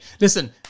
Listen